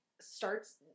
starts